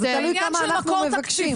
זה תלוי כמה אנחנו מבקשים.